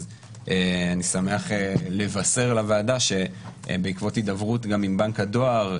אז אני שמח לבשר לוועדה שבעקבות הידברות גם עם בנק הדואר,